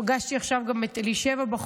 פגשתי עכשיו בחוץ גם את אלישבע,